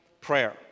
prayer